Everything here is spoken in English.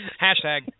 Hashtag